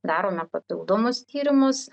darome papildomus tyrimus